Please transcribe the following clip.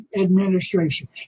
Administration